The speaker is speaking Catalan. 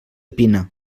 pina